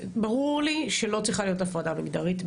ברור לי שלא צריכה להיות הפרדה מגדרית,